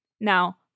Now